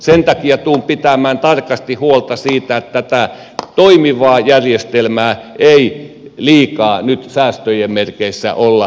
sen takia tulen pitämään tarkasti huolta siitä että tätä toimivaa järjestelmää ei liikaa nyt säästöjen merkeissä olla romuttamassa